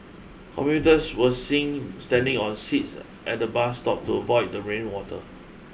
commuters were seen standing on seats at the bus stop to avoid the rain water